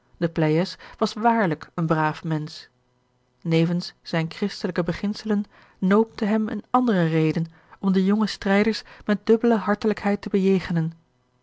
was waarlijk een braaf mensch nevens zijne christelijke beginselen noopte hem eene andere reden om de jonge strijders met dubbele hartelijkheid te bejegenen